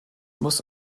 muss